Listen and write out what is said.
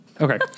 Okay